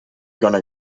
gonna